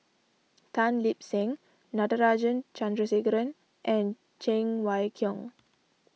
Tan Lip Seng Natarajan Chandrasekaran and Cheng Wai Keung